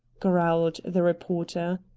growled the reporter.